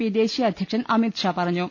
P ദേശീയ അധ്യക്ഷൻ അമിത് ഷാ പറഞ്ഞു